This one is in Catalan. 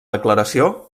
declaració